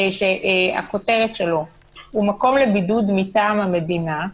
שהכותרת שלו: מקום לבידוד מטעם המדינה,